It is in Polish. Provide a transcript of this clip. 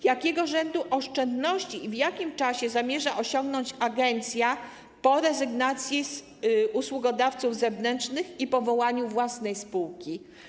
Jakiego rzędu oszczędności i w jakim czasie zamierza zgromadzić agencja po rezygnacji z usługodawców zewnętrznych i powołaniu własnej spółki?